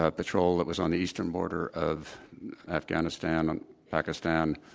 ah patrol that was on the eastern border of afghanistan, on pakistan,